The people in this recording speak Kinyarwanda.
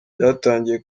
byatangiye